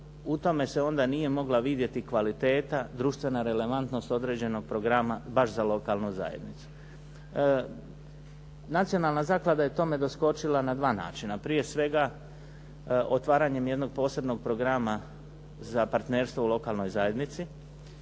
u tome se onda nije mogla vidjeti kvaliteta, društvena relevantnost određenog programa baš za lokalnu zajednicu. Nacionalna zaklada je tome doskočila na dva načina, prije svega otvaranjem jednog posebnog programa za partnerstvo u lokalnoj zajednici